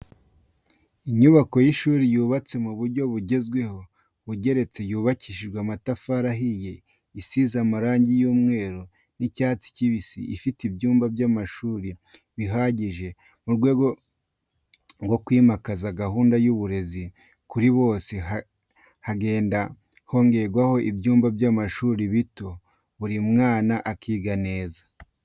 Inyubako y'ishuri yubatswe mu buryo bugezweho bugeretse yubakishije amatafari ahiye, isize amarangi y'umweru n'icyatsi kibisi, ifite ibyumba by'amashuri bihagije. Mu rwego rwo kwimakaza gahunda y'uburezi kuri bose, hagenda hongerwa ibyumba by'amashuri bityo buri mwana akiga neza.